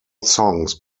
songs